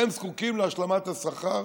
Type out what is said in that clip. הם זקוקים להשלמת השכר?